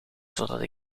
zodat